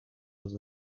was